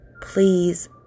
please